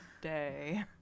day